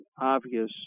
obvious